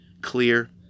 clear